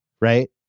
Right